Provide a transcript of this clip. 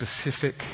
specific